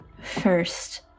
first